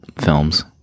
films